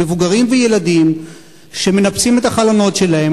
מבוגרים וילדים שמנפצים את החלונות שלהם,